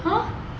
!huh!